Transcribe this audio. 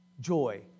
joy